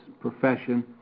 profession